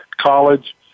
college